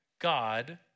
God